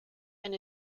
and